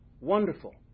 wonderful